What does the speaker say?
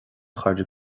chairde